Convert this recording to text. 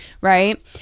right